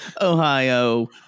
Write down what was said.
Ohio